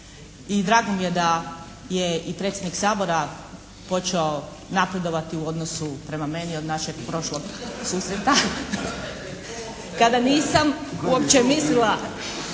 I drago mi je da je i predsjednik Sabora počeo napredovati u odnosu prema meni od našeg prošlog susreta kada nisam uopće mislila